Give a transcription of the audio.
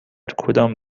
کدام